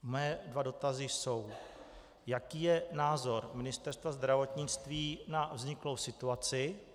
Mé dva dotazy jsou: Jaký je názor Ministerstva zdravotnictví na vzniklou situaci?